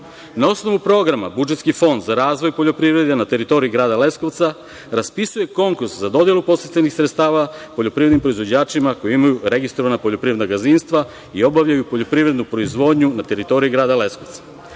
Na osnovu programa budžetski Fond za razvoj poljoprivrede na teritoriji grada Leskovca raspisuje konkurs za dodelu podsticajnih sredstava poljoprivrednim proizvođačima koji imaju registrovana poljoprivredna gazdinstva i obavljaju poljoprivrednu proizvodnju na teritoriji grada Leskovca. Na